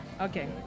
Okay